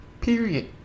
Period